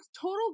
total